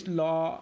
law